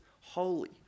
holy